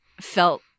felt